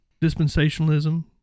dispensationalism